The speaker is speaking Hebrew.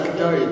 היה כדאי.